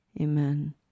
Amen